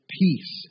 peace